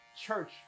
church